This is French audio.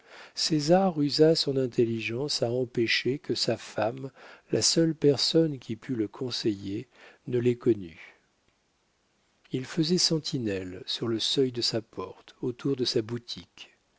césar usa son intelligence à empêcher que sa femme la seule personne qui pût le conseiller ne les connût il faisait sentinelle sur le seuil de sa porte autour de sa boutique